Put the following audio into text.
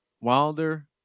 Wilder